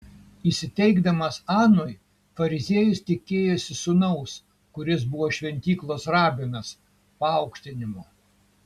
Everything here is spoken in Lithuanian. įsiteikdamas anui fariziejus tikėjosi sūnaus kuris buvo šventyklos rabinas paaukštinimo